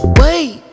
wait